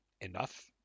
enough